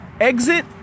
exit